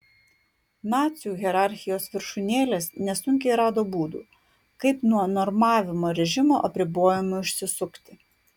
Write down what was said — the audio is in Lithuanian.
nacių hierarchijos viršūnėlės nesunkiai rado būdų kaip nuo normavimo režimo apribojimų išsisukti